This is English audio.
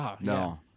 No